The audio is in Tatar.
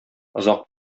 озак